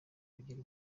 kugira